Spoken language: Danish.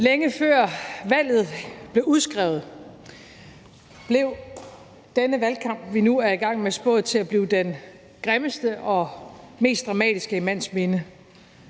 Længe før valget blev udskrevet, blev denne valgkamp, vi nu er i gang med, spået til at blive den grimmeste og mest dramatiske i mands minde.